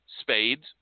spades